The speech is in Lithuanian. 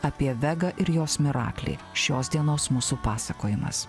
apie vegą ir jos miraklį šios dienos mūsų pasakojimas